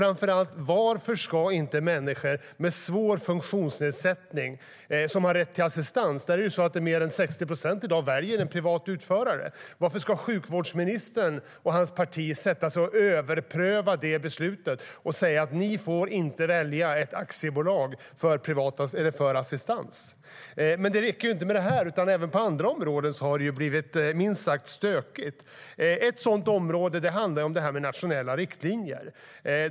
Bland människor med svår funktionsnedsättning, som har rätt till assistans, väljer 60 procent en privat utförare. Varför ska sjukvårdsministern och hans parti sätta sig och överpröva det beslutet och säga att de inte får välja ett aktiebolag för assistans? Men det räcker inte med dessa saker. Även på andra områden har det blivit minst sagt stökigt. Ett sådant område är frågan om nationella riktlinjer.